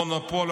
מונופול,